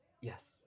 Yes